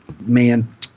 man